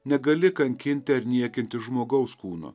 negali kankinti ar niekinti žmogaus kūno